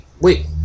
wait